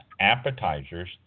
appetizers